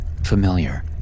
familiar